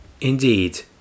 Indeed